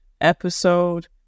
episode